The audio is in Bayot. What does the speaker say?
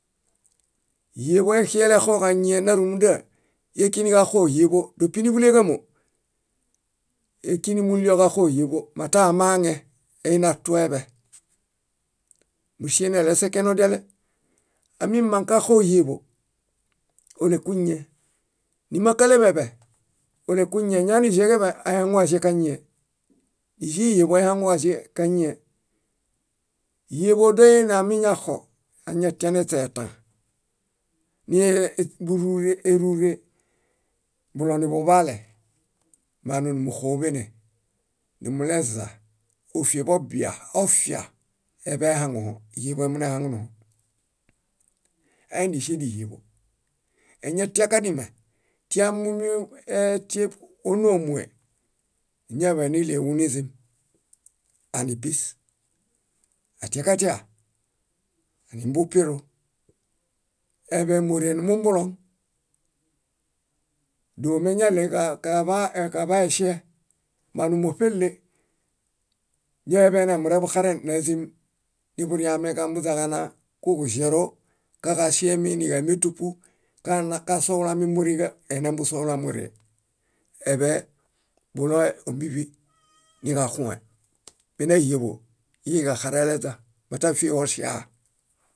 . Híeḃo exielexoġañie. Nárumunda, ékiniġaxo híeḃo dépiniḃuleġamo ékinimullio kaxo híeḃo matamaŋe eimatueḃe: músieenelesekenodiale. Amimaŋ kaxo híeḃo, ólekuñie. Nimãkaleḃeḃe, ólekuñie ñoaniĵeġeḃe ahaŋukaĵekañie. Níĵehieḃo aihaŋukaĵekañie. Híeḃo doineamiñaxo, atianeśetã, nie- búrure érure bulonuḃuḃaale, manu númuxoḃene, nimuleza, ófieḃobia, offia, eḃe ehaŋũho híeḃo emunehaŋunuho. Idiŝe díhieḃo. Eñatiakadime tiamumbuetieḃ ónomue, íñaḃaniɭeġu nizim, anipis. Atikatia, animbupiru. Eḃe móree numumbuloŋ, dóo eñaɭeġaḃaeŝe, manu móṗele. Ñoeḃe nemureḃuxaren nezim niḃuriame kambuźaġana kuġuĵerõ kaġaŝemi níġametupu kana kasohulami móreġa enembusohula móree. Eḃe buloe ómbiḃi niġaxũe. Mena híeḃo íiġaxarẽeleźa mata ófieho oŝaa.